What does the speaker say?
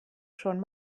schon